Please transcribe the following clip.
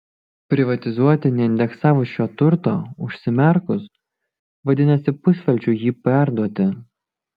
privatizuoti neindeksavus šio turto užsimerkus vadinasi pusvelčiui jį perduoti